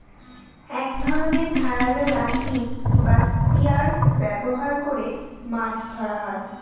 এক ধরনের ধারালো লাঠি বা স্পিয়ার ব্যবহার করে মাছ ধরা হয়